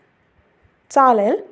चालेल